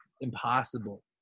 impossible